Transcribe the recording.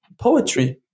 poetry